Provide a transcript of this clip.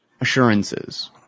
assurances